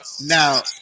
now